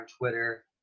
Twitter